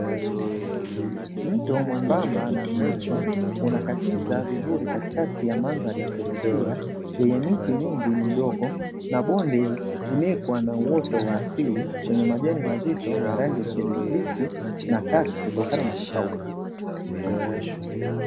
Mto mwembamba na mrefu, unakatiza vizuri katikati ya mandhari ya kuvutia, yenye miti mingi midogo na bonde lililofunikwa na uoto wa asili, wenye majani mazito ya rangi ya kijani kibichi na kaki kutokana na kukauka.